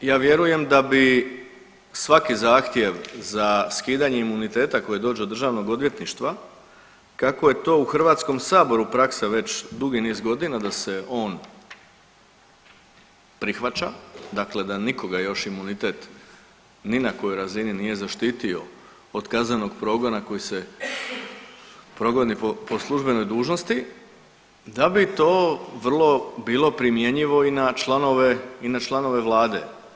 Drugo, ja vjerujem da bi svaki zahtjev za skidanje imuniteta koji dođe od Državnog odvjetništva kako je to u Hrvatskom saboru praksa već dugi niz godina, da se on prihvaća, dakle da nikoga još imunitet ni na kojoj razini zaštitio od kaznenog progona koji se progoni po službenoj dužnosti, da bi to vrlo bilo primjenjivo i na članove i na članove vlade.